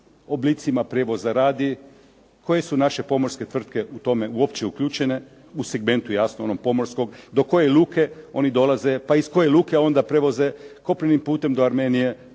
oblicima prijevoza radi, koje su naše pomorske tvrtke u to uključene u segmentu jasno onog pomorskog, do koje luke oni dolaze, pa iz koje luke onda prevoze kopnenim putem do Armenije,